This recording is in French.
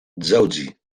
dzaoudzi